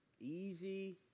easy